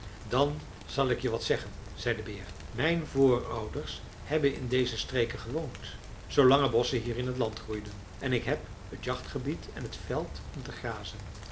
dan zal ik je wat zeggen zei de beer mijn voorouders hebben in deze streken gewoond zoolang er bosschen hier in t land groeiden en ik heb het jachtgebied en t veld om te grazen